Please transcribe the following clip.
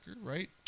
right